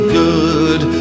good